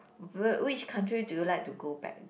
wh~ which country do you like to go back again